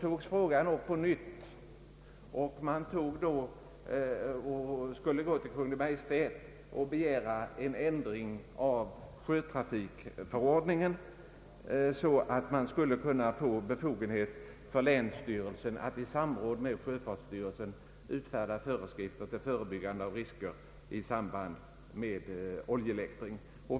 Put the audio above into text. Man ämnade äntligen, meddelades det då, hos Kungl. Maj:t begära en ändring av sjötrafikförordningen så att länsstyrelsen skulle få befogenhet att i samråd med sjöfartsstyrelsen utfärda föreskrifter till förebyggande av risker i samband med oljeläktring.